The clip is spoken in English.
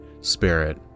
spirit